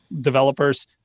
developers